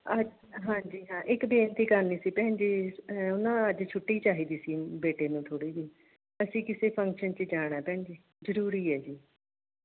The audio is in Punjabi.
ਅੱ ਹਾਂਜੀ ਹਾਂ ਇੱਕ ਬੇਨਤੀ ਕਰਨੀ ਸੀ ਭੈਣ ਜੀ ਉਹ ਨਾ ਅੱਜ ਛੁੱਟੀ ਚਾਹੀਦੀ ਸੀ ਬੇਟੇ ਨੂੰ ਥੋੜ੍ਹੀ ਜਿਹੀ ਅਸੀਂ ਕਿਸੇ ਫੰਕਸ਼ਨ 'ਚ ਜਾਣਾ ਭੈਣ ਜੀ ਜ਼ਰੂਰੀ ਹੈ ਜੀ